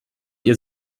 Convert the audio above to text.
ihr